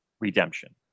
redemption